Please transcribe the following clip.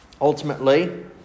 Ultimately